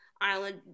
island